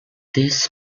this